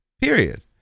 Period